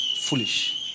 Foolish